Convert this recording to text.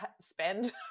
spend